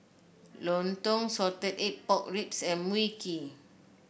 lontong Salted Egg Pork Ribs and Mui Kee